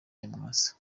nyamwasa